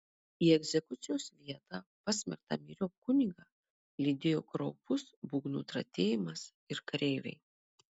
į egzekucijos vietą pasmerktą myriop kunigą lydėjo kraupus būgnų tratėjimas ir kareiviai